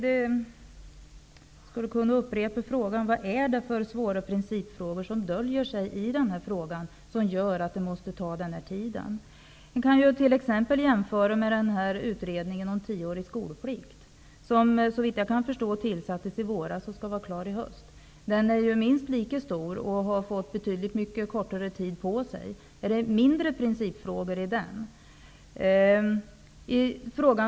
Herr talman! Jag vill upprepa frågan: Vilka är de svåra principfrågor som döljer sig, vilket gör att det måste ta den här tiden? Man kan t.ex. jämföra med utredningen om tioårig skolplikt. Såvitt jag vet tillsattes den i våras och skall vara klar i höst. Den frågan är minst lika stor, men utredningen har fått betydligt kortare tid på sig. Har den utredningen att behandla principfrågor av mindre vikt?